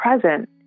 present